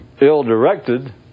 ill-directed